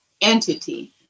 entity